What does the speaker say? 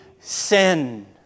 sin